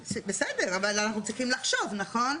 בסדר, אבל אנחנו צריכים לחשוב, נכון?